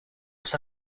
los